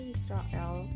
Israel